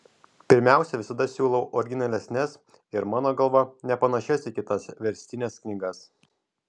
pirmiausia visada siūlau originalesnes ir mano galva nepanašias į kitas verstines knygas